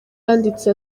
yanditse